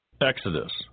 Exodus